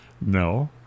No